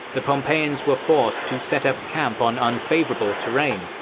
the pompeians were forced to set up camp on unfavourable terrain.